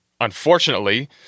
Unfortunately